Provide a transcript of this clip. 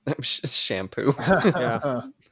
shampoo